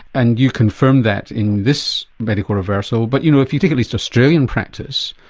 and you confirmed that in this medical reversal, but you know if you take at least australian practice,